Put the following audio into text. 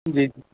जी जी